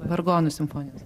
vargonų simfonijos